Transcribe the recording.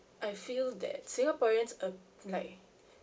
I feel that singaporeans uh like